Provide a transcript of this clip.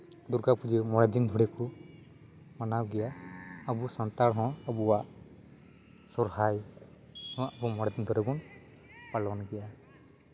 ᱫᱩᱨᱜᱟ ᱯᱩᱡᱟᱹ ᱢᱚᱬᱮ ᱫᱤᱱ ᱫᱷᱚᱨᱮ ᱠᱚ ᱢᱟᱱᱟᱣ ᱜᱮᱭᱟ ᱟᱵᱚ ᱥᱟᱱᱛᱟᱲ ᱦᱚᱸ ᱟᱵᱚᱣᱟᱜ ᱥᱚᱨᱦᱟᱭ ᱦᱚᱸ ᱢᱚᱬᱮ ᱫᱤᱱ ᱫᱷᱚᱨᱮ ᱵᱚᱱ ᱯᱟᱞᱚᱱ ᱜᱮᱭᱟ